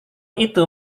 itu